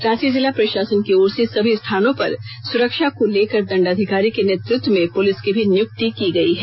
रांची जिला प्रशासन की ओर से सभी स्थानों पर सुरक्षा को लेकर दंडाधिकारी के नेतृत्व में पुलिस की भी नियुक्ति की गई है